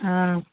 हँ